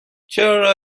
چرا